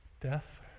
Death